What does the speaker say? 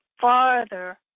farther